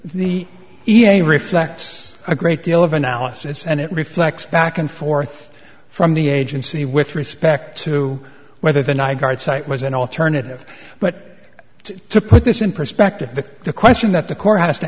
a reflects a great deal of analysis and it reflects back and forth from the agency with respect to whether the nygaard site was an alternative but to put this in perspective the question that the court has to